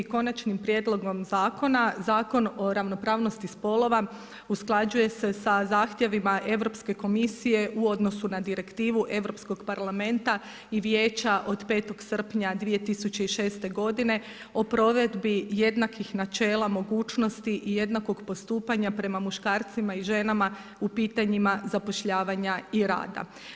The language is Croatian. Konačnim prijedlogom zakona Zakon o ravnopravnosti spolova usklađuje se sa zahtjevima Europske komisije u odnosu na direktivu Europskog parlamenta i Vijeća od 5. srpnja 2006. godine o provedbi jednakih načela mogućnosti i jednakog postupanja prema muškarcima i ženama u pitanjima zapošljavanja i rada.